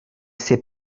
sait